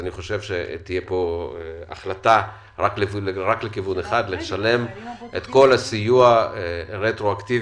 אני חושב שתהיה פה החלטה רק לכיוון אחד לשלם את כל הסיוע רטרואקטיבית